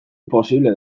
posible